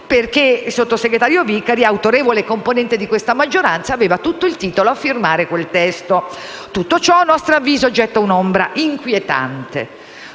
momento, ma sono certa ci sarà), autorevole componente di questa maggioranza, che aveva tutto il titolo a firmare quel testo. Tutto ciò, a nostro avviso, getta un'ombra inquietante